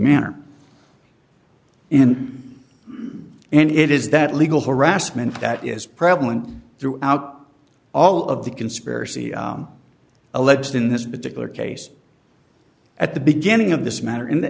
manner in and it is that legal harassment that is prevalent throughout all of the conspiracy alleged in this particular case at the beginning of this matter